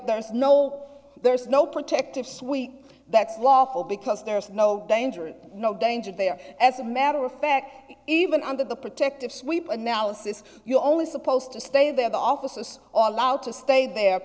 there is no there's no protective swe that's lawful because there's no danger and no danger there as a matter of fact even under the protective sweep analysis you're only supposed to stay there the offices all allowed to stay there